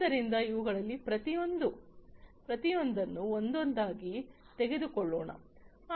ಆದ್ದರಿಂದ ಇವುಗಳಲ್ಲಿ ಪ್ರತಿಯೊಂದನ್ನು ಒಂದೊಂದಾಗಿ ತೆಗೆದುಕೊಳ್ಳೋಣ